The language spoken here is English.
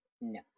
No